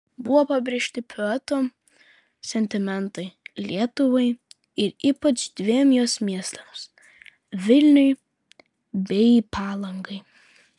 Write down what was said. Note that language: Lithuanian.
buvo pabrėžti poeto sentimentai lietuvai ir ypač dviem jos miestams vilniui bei palangai